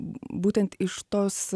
būtent iš tos